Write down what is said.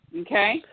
okay